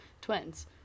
twins